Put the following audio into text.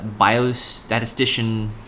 biostatistician